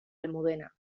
almudena